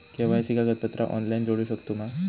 KYC कागदपत्रा online जोडू शकतू का?